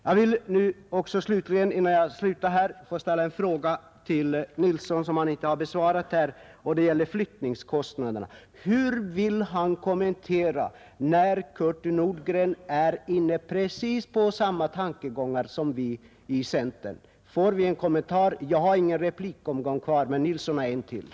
Jag vill till slut upprepa min fråga till herr Nilsson i Östersund som gäller flyttningskostnaderna och som han inte har besvarat. Hur vill han kommentera att Kurt Nordgren är inne på exakt samma tankegångar som vi inom centerpartiet? Kan jag få en kommentar till det? Jag har ingen ytterligare repliktid kvar men herr Nilsson i Östersund har det.